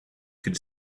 could